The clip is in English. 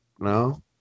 No